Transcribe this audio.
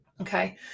Okay